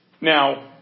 Now